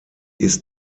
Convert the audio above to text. ist